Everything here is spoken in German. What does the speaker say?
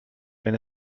wenn